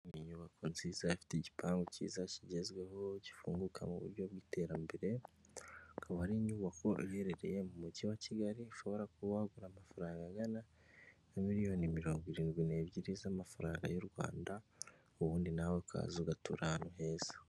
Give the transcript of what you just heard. Ni inyubako nziza ifite igipangu cyiza kigezweho gifunguka mu buryo bw'iterambere, akaba ari inyubako iherereye mu Mujyi wa Kigali, ushobora kuba wagura amafaranga angana na miliyoni mirongo irindwi n'ebyiri z'amafaranga y'u Rwanda, ubundi nawe ukaza ugatura ahantu heza.